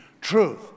truth